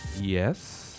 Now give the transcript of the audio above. Yes